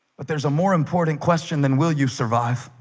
but there's a more important question than will you survive